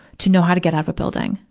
to know how to get out of a building,